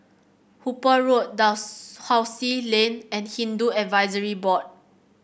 Hooper Road Dalhousie Lane and Hindu Advisory Board